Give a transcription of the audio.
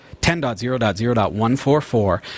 10.0.0.144